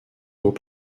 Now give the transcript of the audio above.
haut